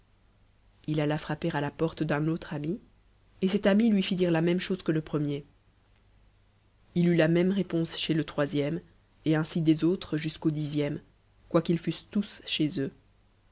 il alla frapper à la porte d'un autre ami et cet ami lui fit dire la même chose que le premier il eut la même réponse chez le troisième et ainsi des autres jusqu'au dixième quoiqu'ils fussent tous chez eux